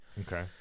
Okay